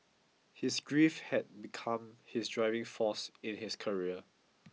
his grief had become his driving force in his career